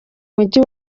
mujyi